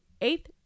eighth